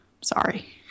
Sorry